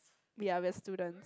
we are we are student